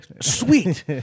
Sweet